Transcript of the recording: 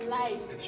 life